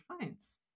finds